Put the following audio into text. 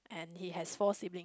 and he has four siblings